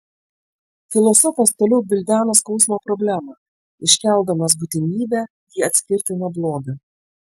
filosofas toliau gvildena skausmo problemą iškeldamas būtinybę jį atskirti nuo blogio